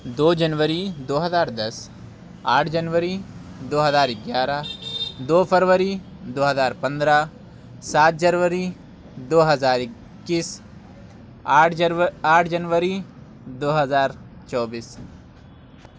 دو جنوری دو ہزار دس آٹھ جنوری دو ہزار گیارہ دو فروری دو ہزار پندرہ سات جنوری دو ہزار اکیس آٹھ آٹھ جنوری دو ہزار چوبیس